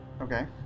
Okay